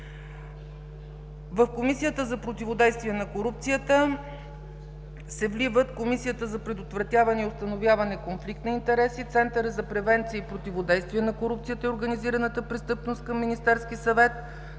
В Комисията за противодействие на корупцията се вливат Комисията за предотвратяване и установяване на конфликт на интереси, Центърът за превенция и противодействие на корупцията и организираната престъпност към Министерския съвет,